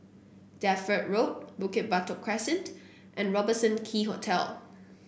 Deptford Road Bukit Batok Crescent and Robertson Quay Hotel